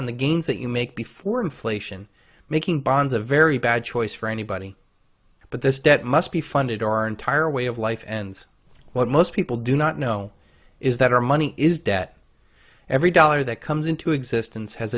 on the gains that you make before inflation making bonds a very bad choice for anybody but this debt must be funded our entire way of life and what most people do not know is that our money is debt every dollar that comes into existence has